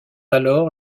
alors